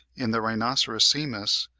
in the rhinoceros simus,